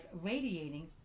radiating